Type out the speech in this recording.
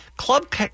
Club